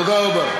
תודה רבה.